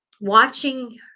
watching